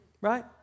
Right